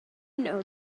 know